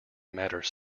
matters